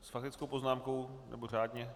S faktickou poznámkou, nebo řádně?